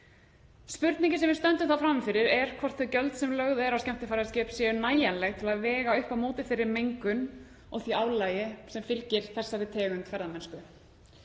Spurningin sem við stöndum frammi fyrir er hvort þau gjöld sem lögð eru á skemmtiferðaskip séu nægjanleg til að vega upp á móti þeirri mengun og því álagi sem fylgir þessari tegund ferðamennsku.